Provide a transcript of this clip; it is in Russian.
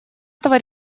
этого